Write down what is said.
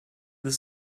this